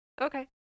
Okay